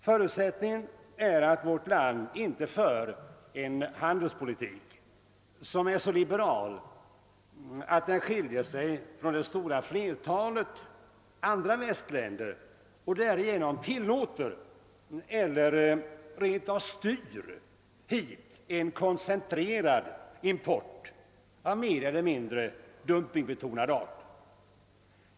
Förutsättningen är att vårt land inte för en så liberal handelspolitik, att den skiljer sig från det stora flertalet länders i väst och därigenom tillåter eller rent av styr en koncentrerad import hit av mer eller mindre dumpingbetonad art.